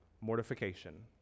mortification